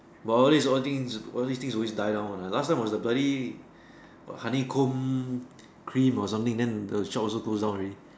while all these all things all these things away die down one lah last time was the bloody honeycomb cream or something then the shop also close down already